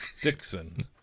Dixon